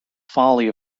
folly